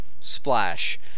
splash